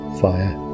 fire